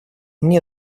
мне